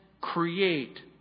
create